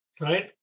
Right